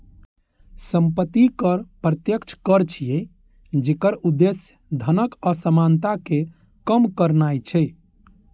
संपत्ति कर प्रत्यक्ष कर छियै, जेकर उद्देश्य धनक असमानता कें कम करनाय छै